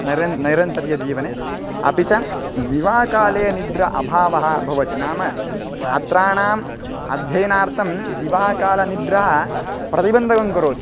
नैरन् नैरन्तर्यजीवने अपि च दिवाकाले निद्रा अभावः भवति नाम छात्राणाम् अध्ययनार्थं दिवाहकालनिद्रा प्रतिबन्धकं करोति